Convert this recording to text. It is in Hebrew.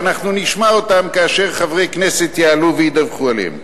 ואנחנו נשמע אותן כאשר חברי כנסת יעלו וידווחו עליהן.